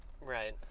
Right